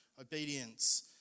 obedience